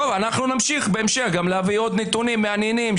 נמשיך בהמשך גם להביא עוד נתונים מעניינים,